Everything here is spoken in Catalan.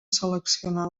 seleccionar